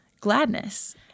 gladness